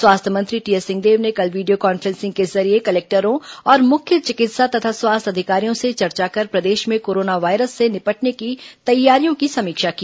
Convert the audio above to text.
स्वास्थ्य मंत्री टीएस सिंहदेव ने कल वीडियो कॉन्फ्रेंसिंग के जरिये कलेक्टरों और मुख्य चिकित्सा तथा अधिकारियों से चर्चा कर प्रदेश में कोरोना वायरस से निपटने की तैयारियों की समीक्षा की